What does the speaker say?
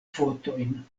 fotojn